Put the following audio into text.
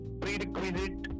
prerequisite